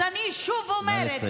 אז אני שוב אומרת, נא לסיים.